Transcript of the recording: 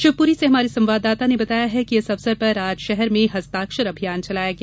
शिवपूरी र्स हमारे संवाददाता ने बताया है कि इस अवसर पर आज शहर में हस्ताक्षर अभियान चलाया गया